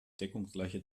deckungsgleiche